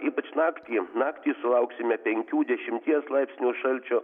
ypač naktį naktį sulauksime penkių dešimties laipsnių šalčio